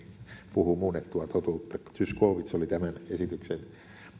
puhuu muunnettua totuutta zyskowicz oli tämän esityksen